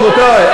רבותי,